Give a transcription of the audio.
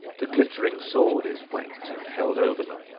the glittering sword is whet and held over them,